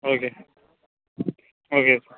okay okay